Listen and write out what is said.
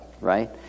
right